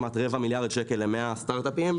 עזרנו להם לגייס עובדים חדשים ולצמוח.